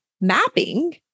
mapping